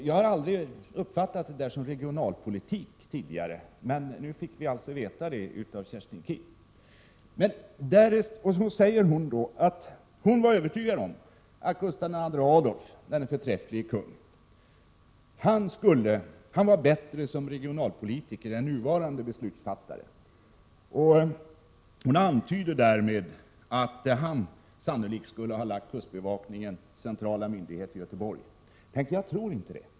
Jag har tidigare aldrig uppfattat detta som regionalpolitik, men nu fick vi besked av Kerstin Keen. Hon säger att hon är övertygad om att Gustav II Adolf, denne förträfflige kung, var bättre som regionalpolitiker än nuvarande beslutsfattare. Hon antyder därmed att han sannolikt skulle ha lagt kustbevakningens centrala myndighet i Göteborg. Tänk, jag tror inte det.